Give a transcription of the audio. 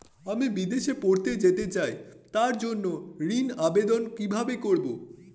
আমি বিদেশে পড়তে যেতে চাই তার জন্য ঋণের আবেদন কিভাবে করব?